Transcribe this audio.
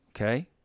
Okay